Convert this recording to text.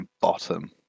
bottom